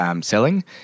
selling